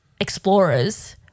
explorers